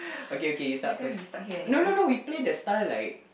okay okay you start first no no no we play the star like